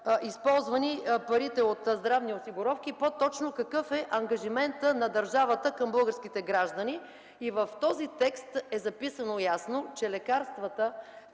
използвани парите от здравни осигуровки, по-точно какъв е ангажиментът на държавата към българските граждани. В този текст ясно е записано, че лечението